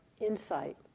insight